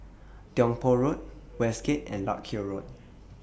Tiong Poh Road Westgate and Larkhill Road